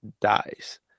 dies